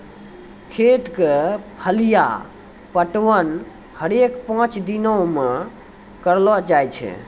खेत क फलिया पटवन हरेक पांच दिनो म करलो जाय छै